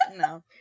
no